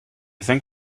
think